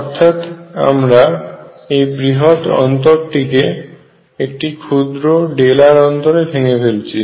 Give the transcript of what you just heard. অর্থাৎ আমরা এই বৃহৎ অন্তরটিকে একটি ক্ষুদ্র r অন্তরে ভেঙ্গে ফেলেছি